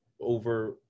over